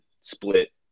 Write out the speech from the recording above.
split